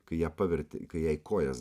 kai ją pavertė kai jai kojas